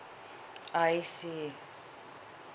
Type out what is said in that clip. I see